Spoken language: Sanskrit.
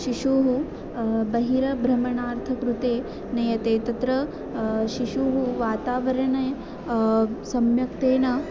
शिशोः बहिर्भ्रमणार्थकृते नयते तत्र शिशुः वातावरणे सम्यक्तेन